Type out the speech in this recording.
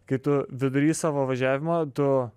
kai tu vidury savo važiavimo tu